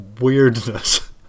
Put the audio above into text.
weirdness